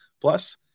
Plus